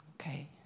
Okay